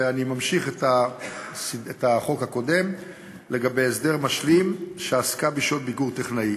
ואני ממשיך את החוק הקודם לגבי הסדר משלים שעסק בשעות ביקור טכנאי.